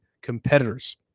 competitors